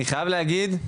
אני חייב להגיד,